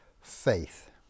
faith